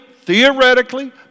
theoretically